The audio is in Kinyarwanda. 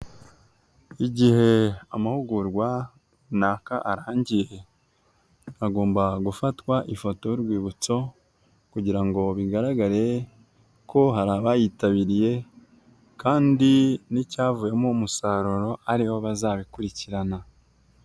Igihe amahugurwa runaka arangiye, hagomba gufatwa ifoto y'urwibutso, kugira ngo bigaragare ko hari abayitabiriye, kandi n'icyavuyemo umusaruro aribo bazabikurikirana.